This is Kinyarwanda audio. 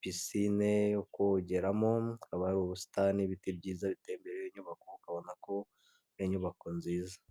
piscine yo kogeramo, hakaba hari ubusitani n'ibiti byiza biteye imbere yiyo nyubako ukabona ko ari inyubako nziza .